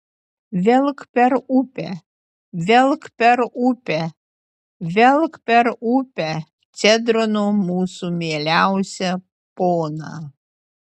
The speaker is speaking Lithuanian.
velk per upę velk per upę velk per upę cedrono mūsų mieliausią poną